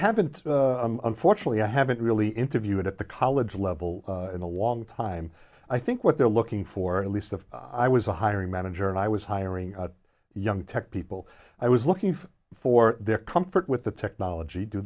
haven't unfortunately i haven't really interviewed at the college level in a long time i think what they're looking for at least of i was a hiring manager and i was hiring young tech people i was looking for their comfort with the technology do